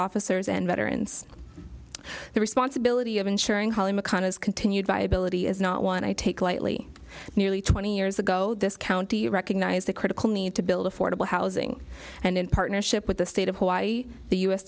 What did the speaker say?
officers and veterans the responsibility of ensuring holly mcconnell's continued viability is not one i take lightly nearly twenty years ago this county recognized the critical need to build affordable housing and in partnership with the state of hawaii the u